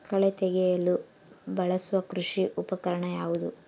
ಕಳೆ ತೆಗೆಯಲು ಬಳಸುವ ಕೃಷಿ ಉಪಕರಣ ಯಾವುದು?